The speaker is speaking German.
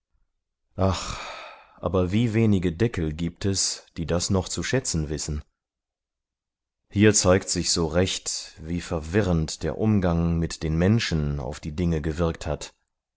aber wie wenige deckel giebt es die das noch zu schätzen wissen hier zeigt es sich so recht wie verwirrend der umgang mit den menschen auf die dinge gewirkt hat